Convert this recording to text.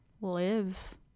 live